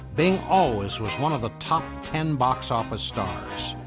bing always was one of the top ten box office stars.